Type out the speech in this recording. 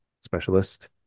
specialist